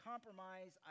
compromise